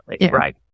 Right